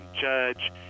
judge